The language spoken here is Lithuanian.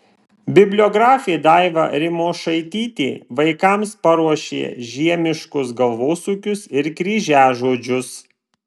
bibliografė daiva rimošaitytė vaikams paruošė žiemiškus galvosūkius ir kryžiažodžius